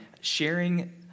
sharing